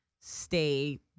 stay